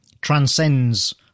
transcends